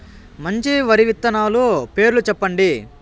మంచి వరి విత్తనాలు పేర్లు చెప్పండి?